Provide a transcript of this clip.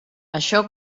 això